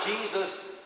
Jesus